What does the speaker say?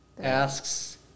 asks